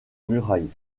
murailles